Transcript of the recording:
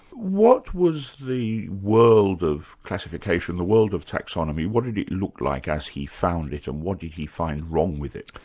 what was the world of classification, the world of taxonomy, what did it look like as he found it, and what did he find wrong with it?